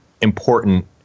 important